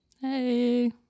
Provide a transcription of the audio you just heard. hey